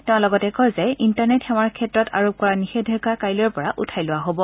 তেওঁ লগতে কয় যে ইণ্টাৰনেট সেৱাৰ ক্ষেত্ৰত আৰোপ কৰা নিষেধাজ্ঞা কাইলৈৰ পৰা উঠাই লোৱা হব